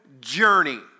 journey